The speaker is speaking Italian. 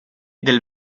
del